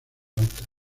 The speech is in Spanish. altas